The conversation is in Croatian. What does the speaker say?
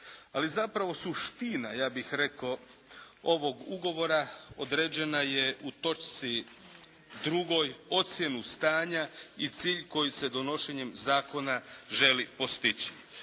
Ali zapravo suština ja bih rekao ovog ugovora određena je u točci drugoj ocjenu stanja i cilj koji se donošenjem zakona želi postići,